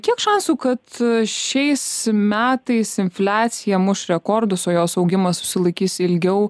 kiek šansų kad šiais metais infliacija muš rekordus o jos augimas išsilaikys ilgiau